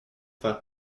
faire